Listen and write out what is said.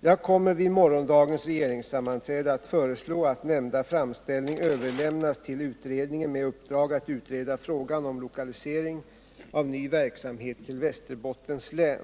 Jag kommer vid morgondagens regeringssammanträde att föreslå att nämnda framställning överlämnas till utredningen med uppdrag att utreda frågan om lokalisering av ny verksamhet till Västerbottens län.